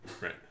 Right